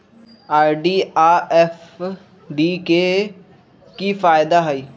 RD आ FD के कि फायदा हई?